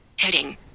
Heading